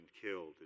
killed